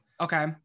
Okay